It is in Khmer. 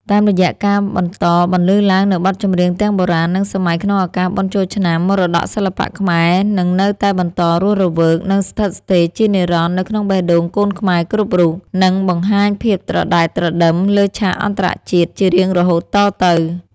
តាមរយៈការបន្តបន្លឺឡើងនូវបទចម្រៀងទាំងបុរាណ និងសម័យក្នុងឱកាសបុណ្យចូលឆ្នាំ មរតកសិល្បៈខ្មែរនឹងនៅតែបន្តរស់រវើក និងស្ថិតស្ថេរជានិរន្តរ៍នៅក្នុងបេះដូងកូនខ្មែរគ្រប់រូប និងបង្ហាញភាពត្រដែតត្រដឹមលើឆាកអន្តរជាតិជារៀងរហូតតទៅ។